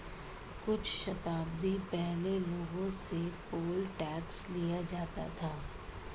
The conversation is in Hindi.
कुछ शताब्दी पहले लोगों से पोल टैक्स लिया जाता था